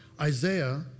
Isaiah